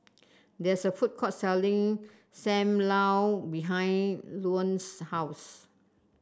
there is a food court selling Sam Lau behind Luanne's house